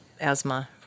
asthma